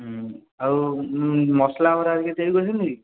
ହୁଁ ଆଉ ମସଲା ବରା ହେରିକା ତିଆରି କରୁଛନ୍ତି କି